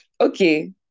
Okay